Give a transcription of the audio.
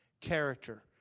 character